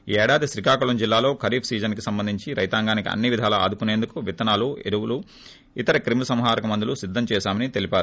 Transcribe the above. ఈ ఏడాది శ్రీకాకుళం జిల్లాలో ఖరీఫ్ సీజన్ కి సంబందించి రైతాంగానికి అన్న్ విధాల ఆదుకునేందుకు విత్తనాలు ఎరువులు ఇతర క్రిమిసంహారక మందులు సిద్గం చేశామని తెలిపారు